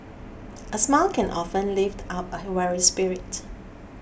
a smile can often lift up a weary spirit